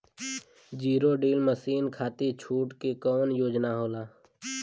Zero till machine खाती छूट के कवन योजना होला?